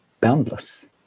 boundless